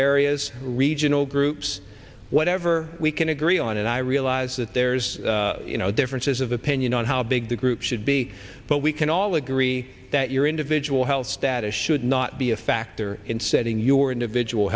areas regional groups whatever we can agree on and i realize that there's you know differences of opinion on how big the group should be but we can all agree that your individual health status should not be a factor in setting your individual